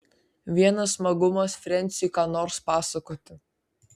vienas smagumas frensiui ką nors pasakoti